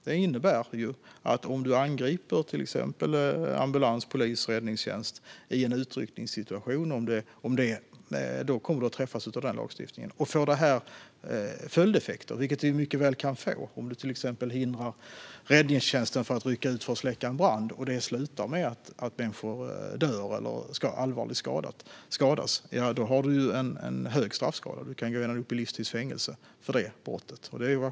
Den innebär att om man angriper ambulans, polis eller räddningstjänst i en utryckningssituation träffas man av denna lagstiftning. Straffskalan är hög om det får följdeffekter, vilket det mycket väl kan få om man exempelvis hindrar räddningstjänsten från att rycka ut för att släcka en brand och det slutar med att människor dör eller blir allvarligt skadade. Man kan få upp till livstids fängelse för detta brott.